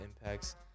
impacts